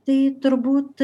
tai turbūt